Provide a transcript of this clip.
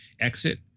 exit